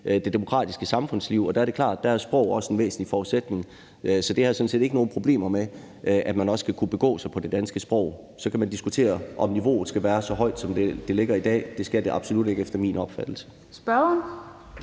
det demokratiske samfundsliv, og der er det klart, at sprog også er en væsentlig forudsætning. Så jeg har sådan set ikke nogen problemer med, at man også skal kunne begå sig på det danske sprog. Så kan man diskutere, om niveauet skal ligge så højt, som det gør i dag. Det skal det absolut ikke efter min opfattelse. Kl.